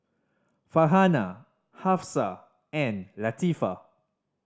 Farhanah Hafsa and Latifa